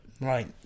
Right